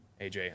aj